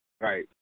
Right